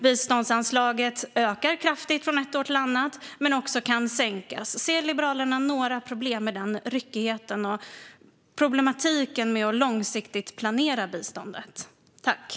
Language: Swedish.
Biståndsanslaget kan öka kraftigt från ett år till ett annat men kan också sänkas. Kan den ryckigheten göra det problematiskt att planera biståndet långsiktigt?